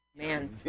Man